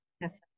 Yes